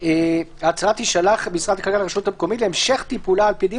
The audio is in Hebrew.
ההצעה תישלח למשרד הכלכלה להמשך טיפולה על-פי דין